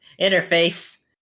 interface